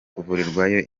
kuvurwa